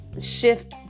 shift